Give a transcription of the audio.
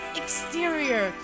exterior